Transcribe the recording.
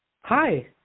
Hi